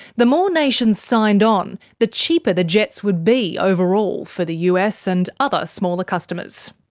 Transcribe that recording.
the more nations signed on, the cheaper the jets would be overall for the us and other smaller customers.